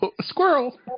Squirrel